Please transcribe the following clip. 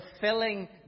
fulfilling